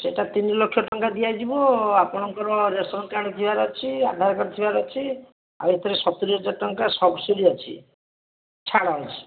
ସେଇଟା ତିନିଲକ୍ଷ ଟଙ୍କା ଦିଆଯିବ ଆପଣଙ୍କର ରେସନ କାର୍ଡ଼ ଥିବାର ଅଛି ଆଧାର କାର୍ଡ଼ ଥିବାର ଅଛି ଆଉ ଏଥିରେ ସତୁରୀ ହଜାର ଟଙ୍କା ସବସିଡ଼ି ଅଛି ଛାଡ଼ ଅଛି